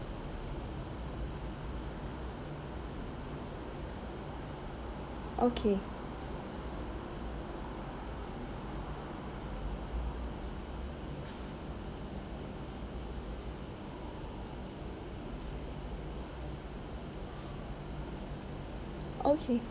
okay okay